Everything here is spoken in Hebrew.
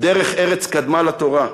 "דרך ארץ קדמה לתורה",